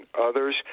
others